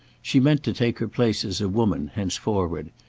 she meant to take her place as a woman, henceforward.